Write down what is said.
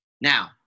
Now